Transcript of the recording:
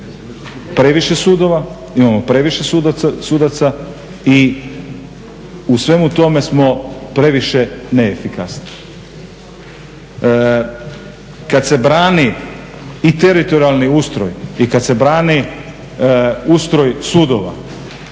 previše sudova, imamo previše sudaca i u svemu tome smo previše neefikasni. Kad se brani i teritorijalni ustroj i kad se brani ustroj sudova